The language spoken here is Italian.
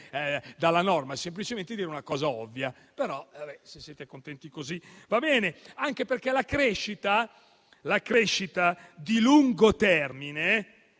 dalla norma, ma semplicemente affermare una cosa ovvia. Se però siete contenti così, va bene, anche perché la crescita di lungo termine